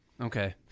Okay